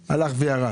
זה הלך וירד.